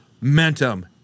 Momentum